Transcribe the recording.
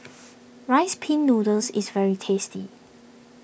Rice Pin Noodles is very tasty